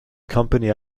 company